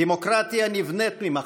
דמוקרטיה נבנית ממחלוקות,